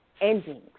endings